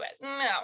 No